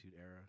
Era